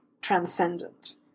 transcendent